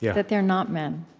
yeah that they're not men,